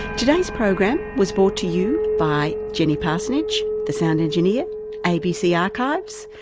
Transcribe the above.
today's program was brought to you by jenny parsonage, the sound engineer abc archives,